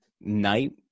night